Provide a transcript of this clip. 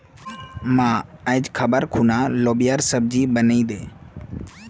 मां, आइज खबार खूना लोबियार सब्जी बनइ दे